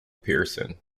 pearson